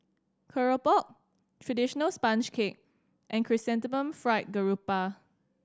Keropok traditional sponge cake and Chrysanthemum Fried Garoupa